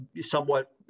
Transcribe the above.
somewhat